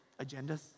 agendas